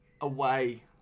away